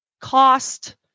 cost